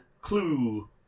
clue